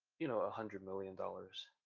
you know a hundred million dollars,